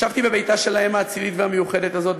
ישבתי בביתה של האם האצילית והמיוחדת הזאת,